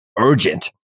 urgent